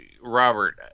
Robert